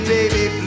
Baby